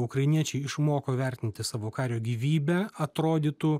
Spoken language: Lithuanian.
ukrainiečiai išmoko vertinti savo kario gyvybę atrodytų